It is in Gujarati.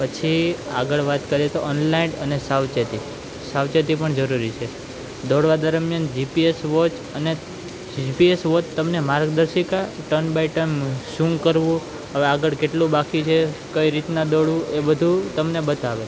પછી આગળ વાત કરીએ તો ઓનલાઈન અને સાવચેતી સાવચેતી પણ જરૂરી છે દોડવા દરમ્યાન જીપીએસ વોચ જીપીએસ વોચ તમને માર્ગદર્શિકા ટર્ન બાય ટર્ન શું કરવું હવે આગળ કેટલું બાકી છે કઈ રીતના દોડવું એ બધુ તમને બતાવે